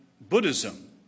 Buddhism